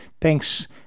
thanks